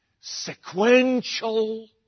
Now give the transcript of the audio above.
sequential